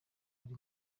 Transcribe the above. ari